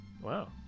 Wow